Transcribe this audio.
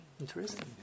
interesting